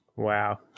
Wow